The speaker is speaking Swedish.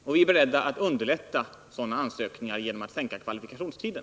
Och vi är beredda att underlätta sådana ansökningar genom att sänka kvalifikationstiden.